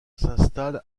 s’installe